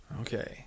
Okay